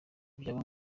byaba